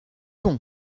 bon